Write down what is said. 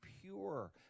pure